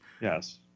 Yes